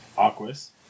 Aquas